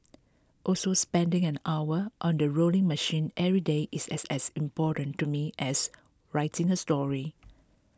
also spending an hour on the rowing machine every day is as important to me as writing a story